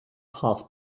pass